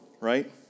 right